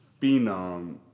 phenom